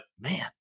man